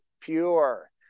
pure